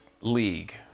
league